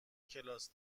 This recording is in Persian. کلاس